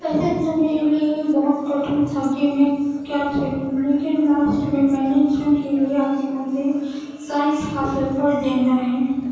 پہلے تو میرے لیے یہ بہت کٹھن تھا کہ میں کیا کروں لیکن لاسٹ میں میں نے چن ہی لیا کہ مجھے سائنس کا پیپر دینا ہے